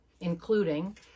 including